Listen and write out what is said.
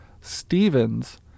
Stevens